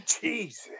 Jesus